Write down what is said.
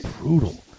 brutal